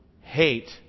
hate